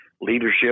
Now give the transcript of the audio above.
leadership